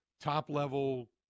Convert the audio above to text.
top-level